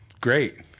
Great